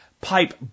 Pipe